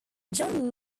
john